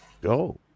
go